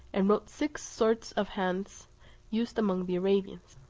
and wrote six sorts of hands used among the arabians,